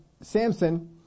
Samson